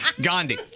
Gandhi